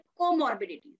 comorbidities